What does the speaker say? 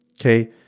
okay